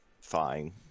fine